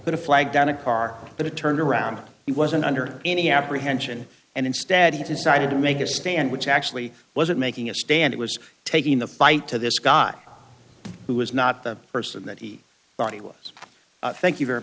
flag down a car but it turned around he wasn't under any apprehension and instead he decided to make a stand which actually wasn't making a stand it was taking the fight to this guy who was not the person that he thought he was thank you very